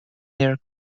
their